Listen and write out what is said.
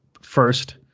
first